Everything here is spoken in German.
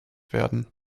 werden